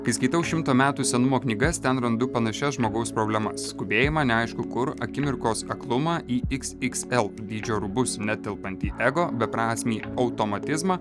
kai skaitau šimto metų senumo knygas ten randu panašias žmogaus problemas skubėjimą neaišku kur akimirkos aklumą į x xl dydžio rūbus netelpantį ego beprasmį automatizmą